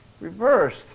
reversed